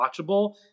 watchable